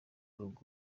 org